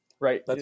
Right